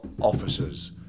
officers